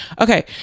Okay